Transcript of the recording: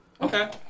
Okay